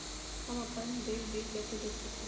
हम अपन देल बिल कैसे देख सकली ह?